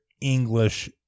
English